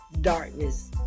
Darkness